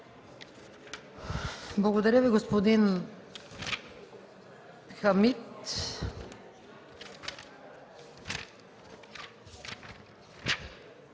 Благодаря Ви, господин Хамид.